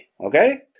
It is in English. okay